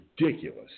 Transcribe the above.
ridiculous